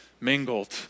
mingled